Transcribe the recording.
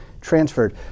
transferred